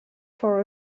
for